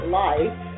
life